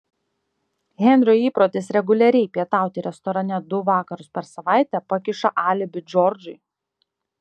henrio įprotis reguliariai pietauti restorane du vakarus per savaitę pakiša alibi džordžui